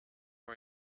are